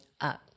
up